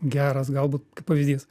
geras galbūt kaip pavyzdys